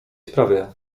sprawie